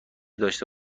داشته